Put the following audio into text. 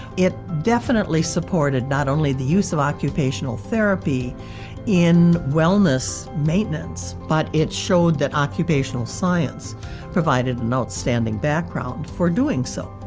it definitely supported not only the use of occupational therapy in wellness maintenance, but it showed that occupational science provided an outstanding background for doing so.